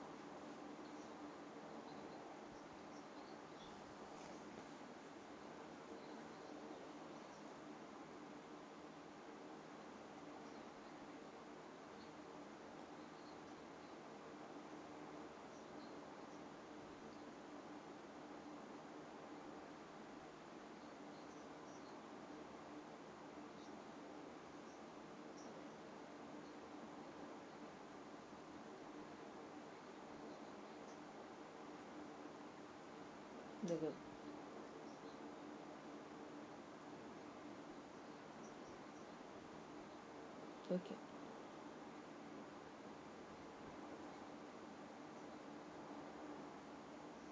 no good okay